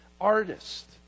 artist